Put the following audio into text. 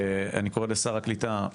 אני קורא לשר הקליטה,